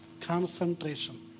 concentration